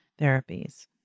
therapies